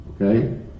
okay